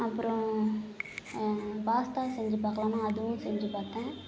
அப்புறம் பாஸ்தா செஞ்சு பார்க்கலான்னு அதுவும் செஞ்சு பார்த்தன்